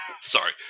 Sorry